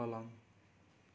पलङ